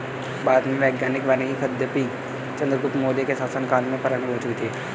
भारत में वैज्ञानिक वानिकी यद्यपि चंद्रगुप्त मौर्य के शासन काल में प्रारंभ हो चुकी थी